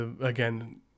Again